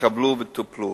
התקבלו וטופלו,